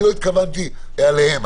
לא התכוונתי אליהם.